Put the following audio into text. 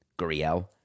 Guriel